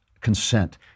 consent